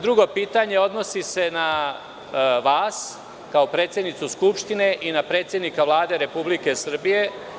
Drugo pitanje odnosi se na vas, kao predsednicu Skupštine i na predsednika Vlade Republike Srbije.